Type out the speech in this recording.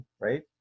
right